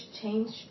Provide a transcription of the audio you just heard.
change